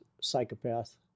psychopath